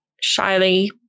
shyly